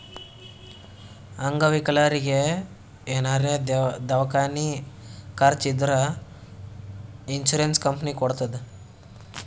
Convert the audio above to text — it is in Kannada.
ಅಂಗವಿಕಲರಿಗಿ ಏನಾರೇ ದವ್ಕಾನಿ ಖರ್ಚ್ ಇದ್ದೂರ್ ಇನ್ಸೂರೆನ್ಸ್ ಕಂಪನಿ ಕೊಡ್ತುದ್